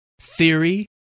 theory